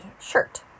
shirt